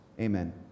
Amen